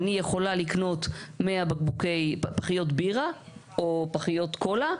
אני יכולה לקנות 100 פחיות בירה או פחיות קולה,